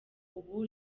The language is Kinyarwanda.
ubu